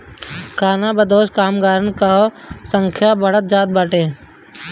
खानाबदोश कामगारन कअ संख्या बढ़त जात बाटे